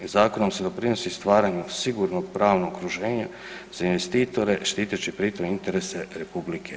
Zakonom se doprinosi stvaranju sigurno pravno okruženje za investitore štiteći pri tom interese RH.